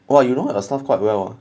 what you know the shop quite well